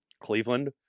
Cleveland